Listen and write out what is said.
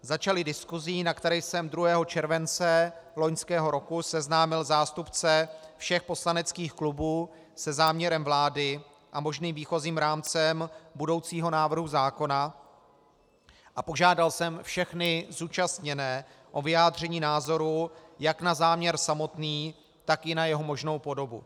Začaly diskusí, na které jsem 2. července loňského roku seznámil zástupce všech poslaneckých klubů se záměrem vlády a možným výchozím rámcem budoucího návrhu zákona a požádal jsem všechny zúčastněné o vyjádření názoru jak na záměr samotný, tak i na jeho možnou podobu.